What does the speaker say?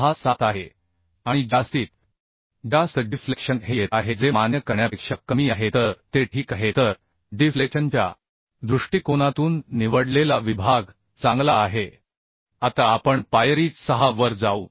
67 आहे आणि जास्तीत जास्त डिफ्लेक्शन हे येत आहे जे मान्य करण्यापेक्षा कमी आहे तर ते ठीक आहे तर डिफ्लेक्शन च्या दृष्टिकोनातून निवडलेला विभाग चांगला आहे आता आपण पायरी 6 वर जाऊ